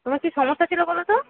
তোমার কি সমস্যা ছিলো বলো তো